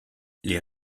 les